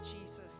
Jesus